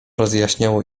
rozjaśniło